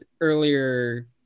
earlier